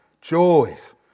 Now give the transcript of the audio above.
joys